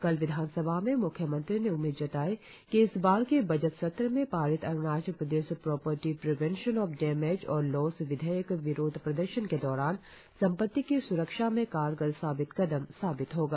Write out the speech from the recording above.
कल विधानसभा में म्ख्यमंत्री ने उम्मीद जतायी कि इस बार के बजट सत्र में पारित Arunachal Pradesh property prevention of damage और लास विधेयक विरोध प्रदर्शन के दौरान संपत्ति की स्रक्षा में कारगर साबित कदम साबित होगा